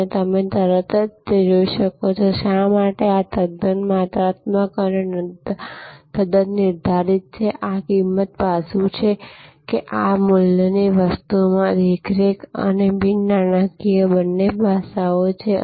અને તમે તરત જ જોઈ શકો છો કે શા માટે આ તદ્દન માત્રાત્મક અને તદ્દન નિર્ધારિત છે આ કિંમત પાસું છે કે આ મૂલ્યની વસ્તુમાં દેખરેખ અને બિન નાણાકીય બંને પાસાઓ છે